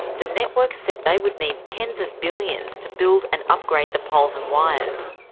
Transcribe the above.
the networks said they would need tens of billions to build and upgrade the poles and wires.